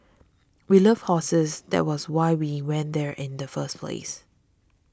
we love horses that was why we went there in the first place